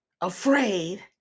afraid